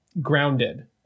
grounded